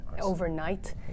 overnight